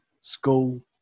school